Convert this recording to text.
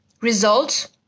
results